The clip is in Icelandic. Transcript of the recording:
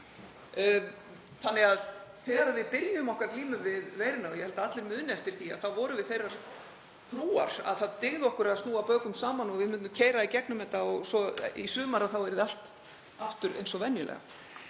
Þannig að þegar við byrjuðum glímu okkar við veiruna, og ég held að allir muni eftir því, vorum við þeirrar trúar að það dygði okkur að snúa bökum saman og við myndum keyra í gegnum þetta og svo í sumar yrði allt aftur eins og venjulega.